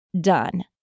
done